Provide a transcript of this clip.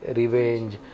revenge